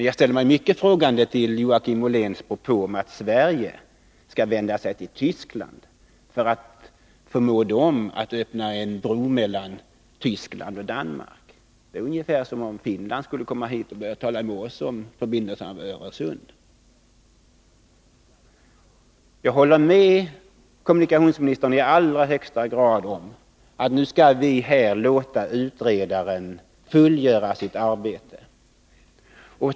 Jag ställer mig mycket frågande till Joakim Olléns propåer om att Sverige skall vända sig till Tyskland för att förmå Tyskland att öppna en bro mellan Tyskland och Danmark. Det är ungefär som att Finland skulle vända sig hit och börja tala med oss om förbindelserna över Öresund. Jag håller med kommunikationsministern i allra högsta grad om att vi skall låta utredaren fullgöra sitt arbete.